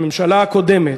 הממשלה הקודמת,